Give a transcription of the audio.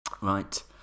right